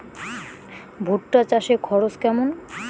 ভুট্টা চাষে খরচ কেমন?